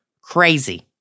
crazy